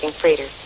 freighter